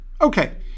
Okay